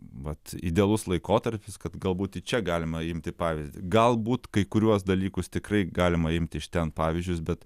vat idealus laikotarpis kad galbūt čia galima imti pavyzdį galbūt kai kuriuos dalykus tikrai galima imti iš ten pavyzdžius bet